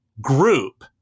group